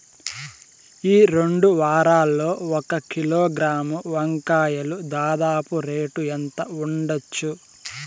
ఈ రెండు వారాల్లో ఒక కిలోగ్రాము వంకాయలు దాదాపు రేటు ఎంత ఉండచ్చు?